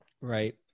Right